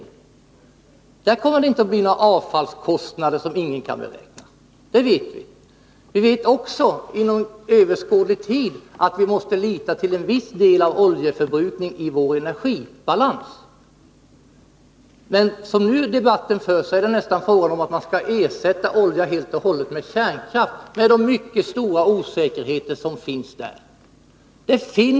Där kommer det inte att bli några avfallskostnader, som ingen kan beräkna. Det vet vi. Vi vet också att vi inom överskådlig tid till viss del måste lita till oljeförbrukning i vår energibalans. Men så som debatten nu förs tycks det nästan vara fråga om att ersätta olja med kärnkraft — med de mycket stora osäkerhetsmoment som är förknippade med den.